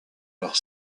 leur